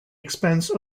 expense